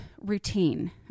routine